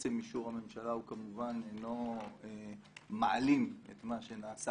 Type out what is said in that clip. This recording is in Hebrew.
עצם אישור הממשלה כמובן אינו מעלים את מה שנעשה